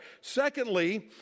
Secondly